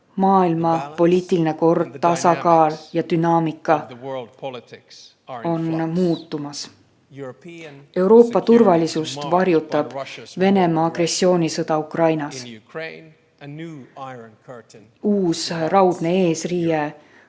Maailma poliitiline kord, tasakaal ja dünaamika on muutumas. Euroopa turvalisust varjutab Venemaa agressioonisõda Ukrainas. Uus raudne eesriie